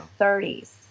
30s